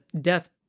death